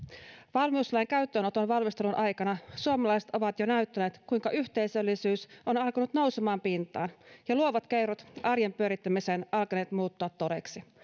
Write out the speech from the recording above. valmiuslain käyttöönoton valmistelun aikana suomalaiset ovat jo näyttäneet kuinka yhteisöllisyys on alkanut nousemaan pintaan ja luovat keinot arjen pyörittämiseen alkaneet muuttua todeksi kansa